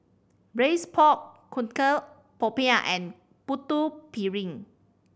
Braised Pork Knuckle popiah and Putu Piring